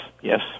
yes